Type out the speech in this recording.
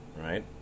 right